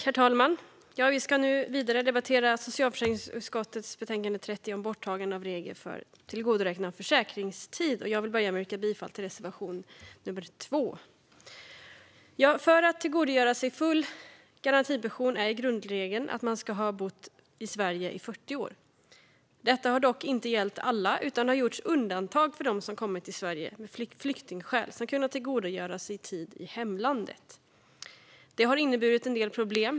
Herr talman! Vi ska nu debattera socialförsäkringsutskottets betänkande 30 Borttagande av regler för tillgodoräknande av försäkringstid . Jag vill börja med att yrka bifall till reservation nummer 2. För att tillgodogöra sig full garantipension är grundregeln att man ska ha bott i Sverige i 40 år. Detta har dock inte gällt alla, utan det har gjorts undantag för dem som kommit till Sverige av flyktingskäl och som kunnat tillgodogöra sig tid i hemlandet. Det har inneburit en del problem.